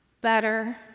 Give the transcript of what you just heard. better